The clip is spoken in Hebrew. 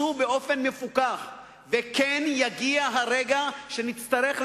באופן מפוכח וכן יגיע הרגע שנצטרך,